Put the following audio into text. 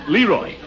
Leroy